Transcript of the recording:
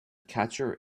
catcher